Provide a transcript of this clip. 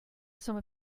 some